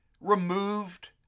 removed